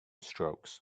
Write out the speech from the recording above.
strokes